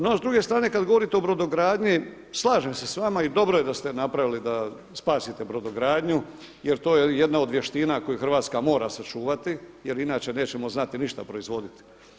No s druge strane kad govorite o brodogradnji slažem se sa vama i dobro je da ste napravili da spasite brodogradnju jer to je jedna od vještina koju Hrvatska mora sačuvati, jer inače nećemo znati ništa proizvoditi.